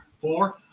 four